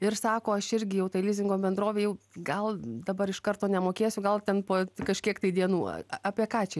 ir sako aš irgi jau tai lizingo bendrovei jau gal dabar iš karto nemokėsiu gal ten po kažkiek dienų apie ką čia